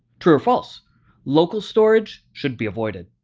true or false localstorage should be avoided.